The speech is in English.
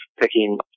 picking